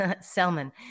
Selman